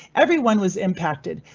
everyone was impacted.